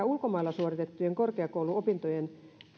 ulkomailla suoritettujen korkeakouluopintojen